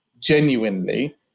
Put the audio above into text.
genuinely